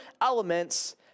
elements